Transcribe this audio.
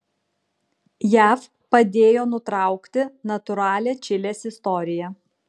jav padėjo nutraukti natūralią čilės istoriją